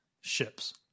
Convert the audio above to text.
ships